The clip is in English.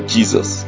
Jesus